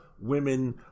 women